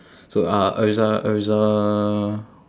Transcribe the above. so uh erza erza